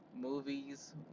movies